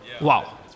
Wow